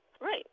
Right